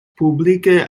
publike